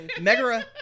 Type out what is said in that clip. Megara